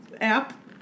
app